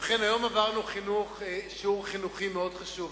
ובכן, היום עברנו שיעור חינוכי מאוד חשוב.